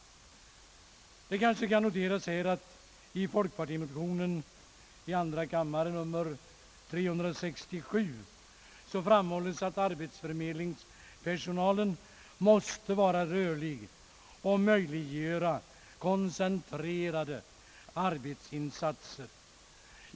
Här kan det kanske noteras att i folkpartimotionen 1I1:367 framhålles att arbetsförmedlingspersonalen måste vara rörlig så att koncentrerade arbetsinsatser möjliggörs.